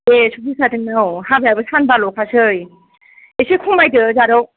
ए सफैखादों औ हाबायाबो सानबा ल' खासै एसे खमायदो जारौ